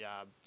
job